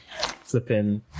flipping